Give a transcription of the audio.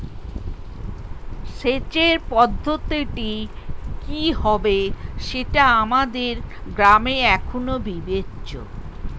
সেচের পদ্ধতিটি কি হবে সেটা আমাদের গ্রামে এখনো বিবেচ্য